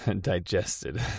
Digested